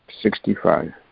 Sixty-five